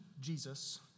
Jesus